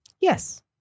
Yes